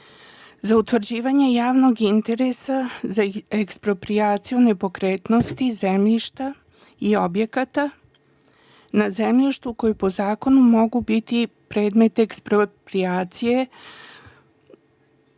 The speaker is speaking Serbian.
za utvrđivanje javnog interesa za eksproprijaciju nepokretnosti zemljišta i objekata na zemljištu koje po zakonu može biti predmet eksproprijacije